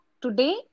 today